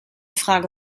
frage